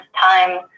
time